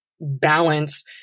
balance